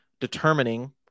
determining